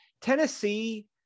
Tennessee